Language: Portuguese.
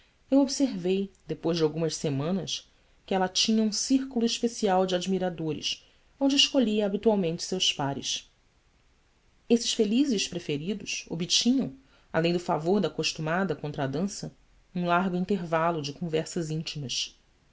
eu observei depois de algumas semanas que ela tinha um círculo especial de admiradores onde escolhia habitualmente seus pares esses felizes preferidos obtinham além do favor da costumada contradança um largo intervalo de conversa íntima